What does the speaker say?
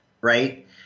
right